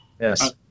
Yes